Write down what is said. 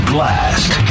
Blast